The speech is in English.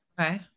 okay